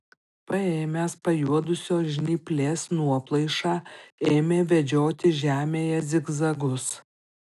paėmęs pajuodusios žnyplės nuoplaišą ėmė vedžioti žemėje zigzagus